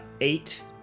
eight